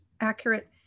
accurate